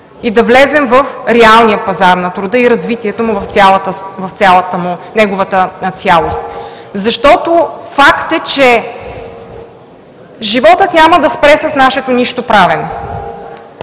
и да влезем в реалния пазар на труда и развитието му в неговата цялост. Факт е, че животът няма да спре с нашето нищоправене.